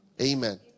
Amen